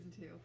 two